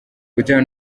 butera